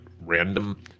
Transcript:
random